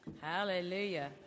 Hallelujah